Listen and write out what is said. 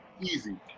Easy